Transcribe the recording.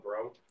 bro